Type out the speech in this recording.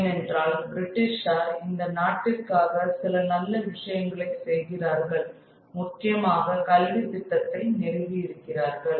ஏனென்றால் பிரிட்டிஷார் இந்த நாட்டிற்காக சில நல்ல விஷயங்களை செய்கிறார்கள் முக்கியமாக கல்வித் திட்டத்தை நிறுவி இருக்கிறார்கள்